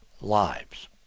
lives